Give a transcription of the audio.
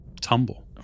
tumble